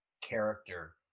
character